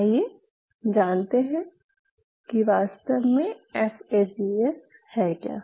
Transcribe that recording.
आइये जानते हैं कि वास्तव में ऍफ़ ए सी एस है क्या